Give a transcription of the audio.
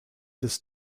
this